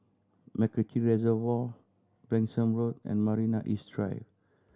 MacRitchie Reservoir Branksome Road and Marina East Drive